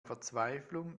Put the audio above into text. verzweiflung